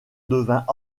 devint